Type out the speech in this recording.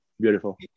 beautiful